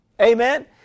Amen